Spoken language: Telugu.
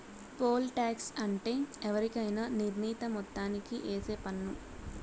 పోల్ టాక్స్ అంటే ఎవరికైనా నిర్ణీత మొత్తానికి ఏసే పన్ను